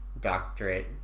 doctorate